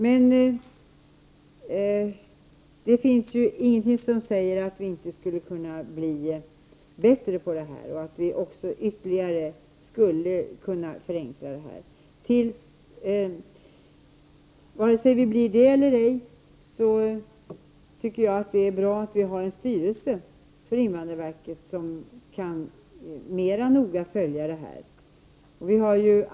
Men det finns ingenting som säger att vi inte skulle kunna bli bättre på det här området och ytterligare skulle kunna förenkla förfarandet. Vare sig vi blir det eller ej, anser jag att det är bra att invandrarverket har en styrelse som mer noga kan följa dessa frågor.